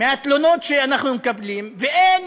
מהתלונות שאנחנו מקבלים, ואין